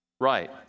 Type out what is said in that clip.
Right